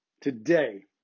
today